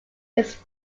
his